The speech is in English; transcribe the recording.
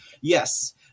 yes